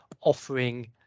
offering